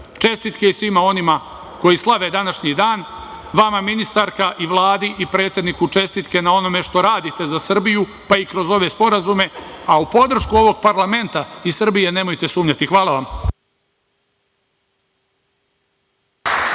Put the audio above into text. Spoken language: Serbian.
i svima onima koji slave današnji dan. Vama ministarka i Vladi i predsedniku čestitke na onome što radite za Srbiju, pa i kroz ove sporazume, a u podršku ovog parlamenta i Srbije nemojte sumnjati. Hvala.